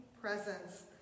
presence